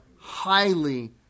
Highly